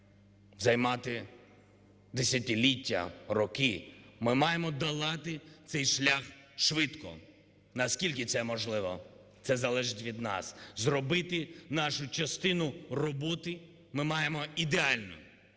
займати десятиліття, роки. Ми маємо долати цей шлях швидко. Наскільки це можливо, це залежить від нас. Зробити нашу частину роботи ми маємо ідеально,